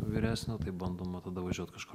vyresnio tai bandoma tada važiuot kažkur